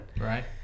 right